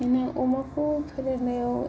बिदिनो अमाखौ फेदेरनायाव